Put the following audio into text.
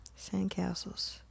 Sandcastles